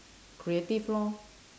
creative lor